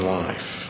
life